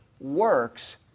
works